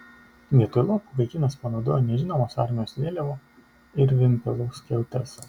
vietoj lopų vaikinas panaudojo nežinomos armijos vėliavų ir vimpelų skiautes